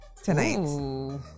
tonight